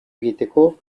egiteko